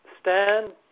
stand